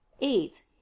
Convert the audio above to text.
eight